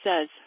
says